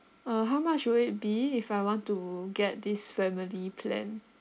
uh how much will it be if I want to get this family plan